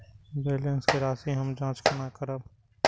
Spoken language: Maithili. बैलेंस के राशि हम जाँच केना करब?